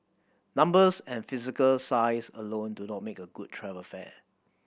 numbers and physical size alone do not make a good travel fair